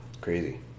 crazy